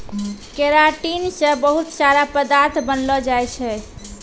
keratin से बहुत सारा पदार्थ बनलो जाय छै